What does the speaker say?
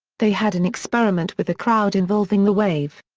they had an experiment with the crowd involving the wave.